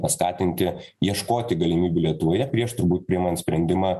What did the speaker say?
paskatinti ieškoti galimybių lietuvoje prieš turbūt priiman sprendimą